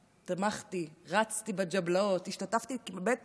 תמכתי, רצתי בג'בלאות, השתתפתי כמעט